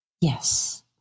Yes